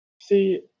See